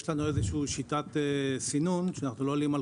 יש לנו שיטת סינון שאנחנו לא עולים על